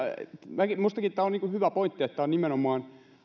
minustakin tämä on hyvä pointti että tämä on aloitteentekijöiltä nimenomaan